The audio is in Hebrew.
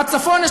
בצפון,